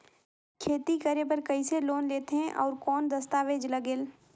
खेती करे बर कइसे लोन लेथे और कौन दस्तावेज लगेल?